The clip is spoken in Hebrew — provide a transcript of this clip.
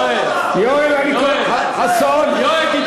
יואל, יואל, תתבייש.